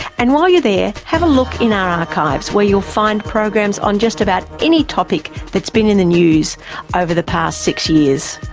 and while you're there, have a look in our archives, where you'll find programs on just about any topic that's been in the news over the past six years.